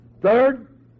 Third